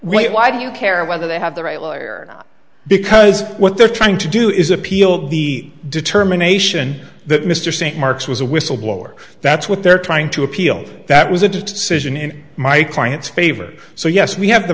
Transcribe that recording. now why do you care whether they have the right lawyer because what they're trying to do is appeal the determination that mr st marks was a whistleblower that's what they're trying to appeal that was a decision in my client's favor so yes we have the